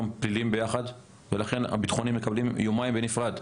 הפליליים ולכן הביטחוניים מקבלים יומיים בנפרד.